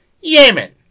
Yemen